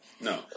no